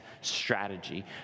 strategy